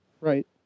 Right